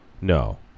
no